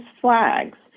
flags